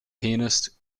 pianist